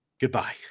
Goodbye